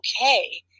okay